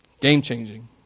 game-changing